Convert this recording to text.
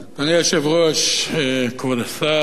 אדוני היושב-ראש, כבוד השר,